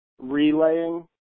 relaying